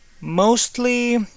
mostly